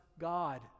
God